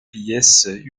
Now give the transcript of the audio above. pièces